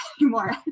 anymore